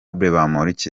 bamporiki